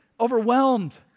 overwhelmed